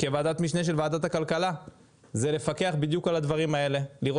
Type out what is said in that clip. כוועדת משנה של הוועדה לכלכלה זה בדיוק לפקח על הדברים האלה,